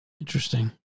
Interesting